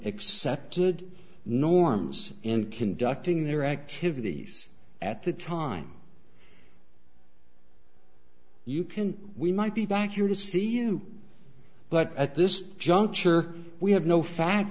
accepted norms in conducting their activities at the time you can we might be back here to see you but at this juncture we have no fa